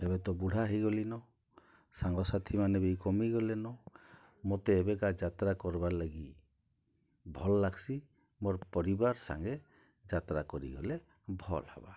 ଏବେତ ବୁଢ଼ା ହୋଇଗଲିନ ସାଙ୍ଗସାଥି ମାନେବି କମି ଗଲେନ ମୋତେ ଏବେକା ଯାତ୍ରା କର୍ବାର୍ ଲାଗି ଭଲ୍ ଲାଗ୍ସି ମୋର୍ ପରିବାର ସାଙ୍ଗେ ଯାତ୍ରା କରିଗଲେ ଭଲ୍ ହେବା